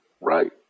Right